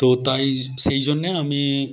তো তাই সেই জন্যে আমি